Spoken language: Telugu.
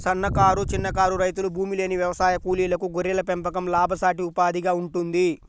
సన్నకారు, చిన్నకారు రైతులు, భూమిలేని వ్యవసాయ కూలీలకు గొర్రెల పెంపకం లాభసాటి ఉపాధిగా ఉంటుంది